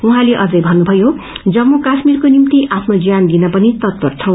उहाँले अध्य थन्नुषयो जम्मू काश्मीरको निम्ति आफ्नो ज्यान दिन पनि तत्पर छौ